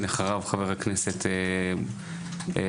אחריו חבר הכנסת סימון,